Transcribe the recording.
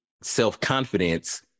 self-confidence